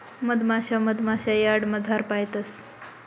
मधमाशा मधमाशा यार्डमझार पायतंस